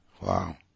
Wow